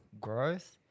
growth